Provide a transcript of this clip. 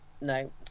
no